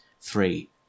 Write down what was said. three